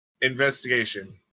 Investigation